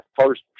first